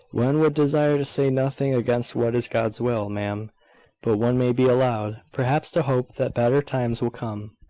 one would desire to say nothing against what is god's will, ma'am but one may be allowed, perhaps, to hope that better times will come.